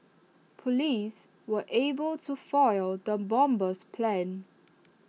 Police were able to foil the bomber's plans